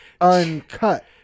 uncut